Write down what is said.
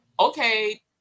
Okay